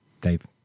Dave